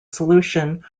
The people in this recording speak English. solution